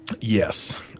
Yes